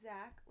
Zach